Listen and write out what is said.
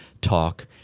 talk